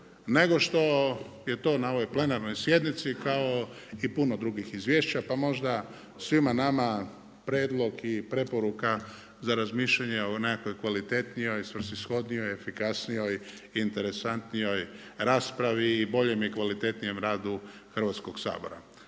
nego što je to na ovoj plenarnoj sjednici kao i puno drugih izvješća pa možda svima nama prijedlog i preporuka za razmišljanje o nekakvoj kvalitetnijoj, svrsishodnijoj, efikasnijoj, interesantnijoj raspravi i boljem i kvalitetnijem radu Hrvatskog sabora.